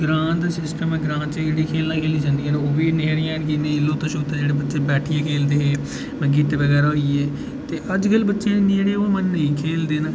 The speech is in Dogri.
ग्रांऽ दा सिस्टम ऐ ग्रांऽ च जेह्ड़े खेढां खेढी जंदियां न ओह्बी निं रेही दियां न ओह् लुप्त जेह्ड़े बच्चे बैठियै खेढदे हे गीह्टे बगैरा होी गे ते अजकल दे बच्चे न जेह्ड़े ओह् नेईं खेढदे न